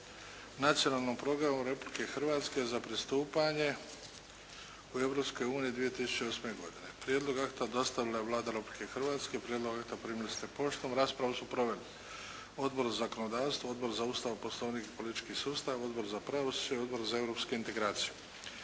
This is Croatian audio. Nacionalnom programu Republike Hrvatske za pristupanje Europskoj uniji – 2008. godina Prijedlog akta dostavila je Vlada Republike Hrvatske. Prijedlog akta primili ste poštom. Raspravu su proveli Odbor za zakonodavstvo, Odbor za Ustav, Poslovnik i politički sustav, Odbor za pravosuđe, Odbor za europske integracije.